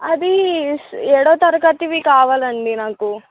అది ఏడో తరగతివి కావాలండి నాకు